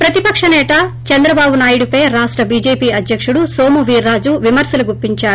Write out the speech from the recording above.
ప్రతిపక్షనేత చంద్రబాబు నాయుడిపై రాష్ల బీజేపీ అధ్యకుడు సోమువీరాజు విమర్పలు గుప్పించారు